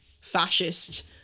fascist